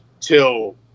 till